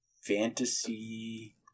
fantasy